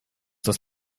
das